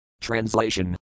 Translation